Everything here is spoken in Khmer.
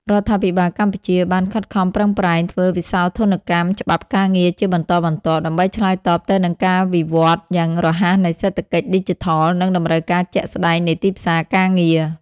រដ្ឋាភិបាលកម្ពុជាបានខិតខំប្រឹងប្រែងធ្វើវិសោធនកម្មច្បាប់ការងារជាបន្តបន្ទាប់ ដើម្បីឆ្លើយតបទៅនឹងការវិវត្តយ៉ាងរហ័សនៃសេដ្ឋកិច្ចឌីជីថល និងតម្រូវការជាក់ស្តែងនៃទីផ្សារការងារ។